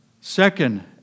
Second